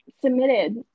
submitted